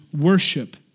worship